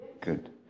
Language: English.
Good